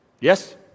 Yes